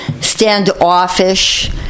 standoffish